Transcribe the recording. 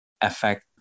effect